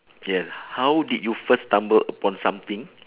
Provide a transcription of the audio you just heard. yeah how did you first stumble upon something